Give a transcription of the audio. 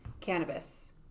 cannabis